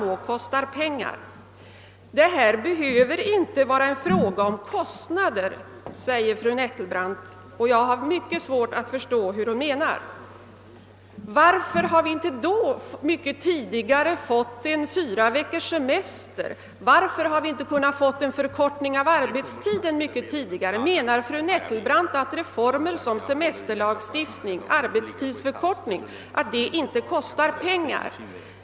Fru Nettelbrandt sade att det inte behöver vara en fråga om kostnader, men jag har svårt att förstå vad hon menar. Varför har vi inte då mycket tidigare fått fyra veckors semester, och varför har vi inte kunnat genomföra en förkortning av arbetstiden mycket tidigare? Menar fru Nettelbrandt att reformer som semesterlagstiftning och arbetstidsförkortning inte kostar något?